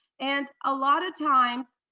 and a lot of times